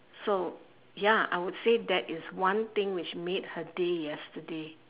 so ya I would say that is one thing which made her day yesterday